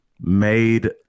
made